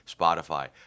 Spotify